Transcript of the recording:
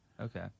Okay